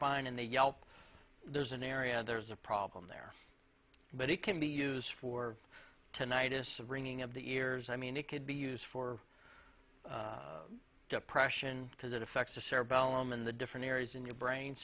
spine and they yelp there's an area there's a problem there but it can be used for tonight is a ringing of the ears i mean it could be used for depression because it affects the cerebellum and the different areas in your brain